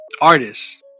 artists